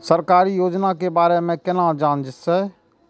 सरकारी योजना के बारे में केना जान से?